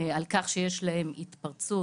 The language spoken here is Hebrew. על כך שיש להם התפרצות